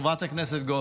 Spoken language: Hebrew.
חברת הכנסת גוטליב,